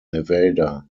nevada